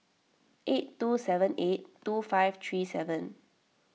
eight two seven eight two five three seven